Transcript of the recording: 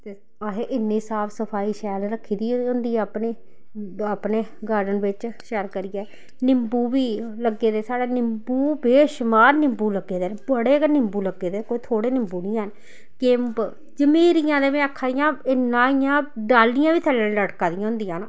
ते असें इन्नी साफ सफाई शैल रक्खी दी होंदी अपनी अपने गार्डन बिच्च शैल करियै निम्बू बी लग्गे दे साढ़े निम्बू बेशमार निम्बू लग्गे दे न बड़े गै निम्बू लग्गे दे कोई थोह्ड़े निम्बू निं हैन किम्ब जम्हीरियां ते में आखा नी आं कोईं इन्ना इ'यां डाह्ल्लियां बी थल्लै लटका दी होंदियां न